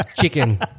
chicken